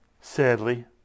sadly